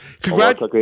Congrats